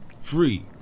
Free